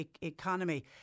economy